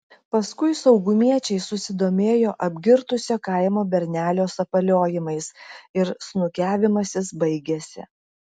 paskui saugumiečiai susidomėjo apgirtusio kaimo bernelio sapaliojimais ir snukiavimasis baigėsi